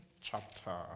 chapter